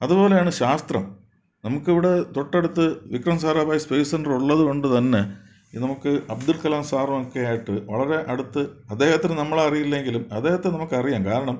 അതുപോലെയാണ് ശാസ്ത്രം നമുക്ക് ഇവിടെ തൊട്ടടുത്ത് വിക്രം സാരാഭായി സ്പേസ് സെൻ്റർ ഉള്ളതുകൊണ്ടു തന്നെ നമുക്ക് അബ്ദുൽ കലാം സാറുമൊക്കെ ആയിട്ട് വളരെ അടുത്ത് അദ്ദേഹത്തിന് നമ്മളെ അറിയില്ലെങ്കിലും അദ്ദേഹത്തെ നമുക്ക് അറിയാം കാരണം